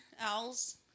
owls